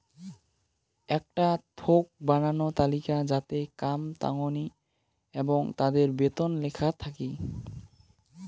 আকটা থোক বানানো তালিকা যাতে কাম তাঙনি এবং তাদের বেতন লেখা থাকি